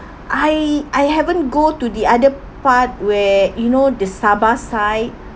I I haven't go to the other part where you know sabah side